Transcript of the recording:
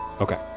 Okay